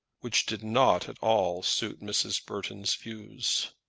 which did not at all suit mrs. burton's views.